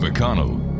McConnell